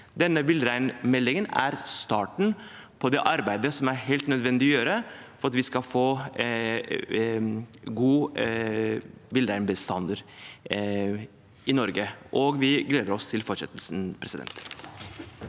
Denne villreinmeldingen er starten på det arbeidet som er helt nødvendig å gjøre for at vi skal få en god villreinbestand i Norge. Vi gleder oss til fortsettelsen. Ove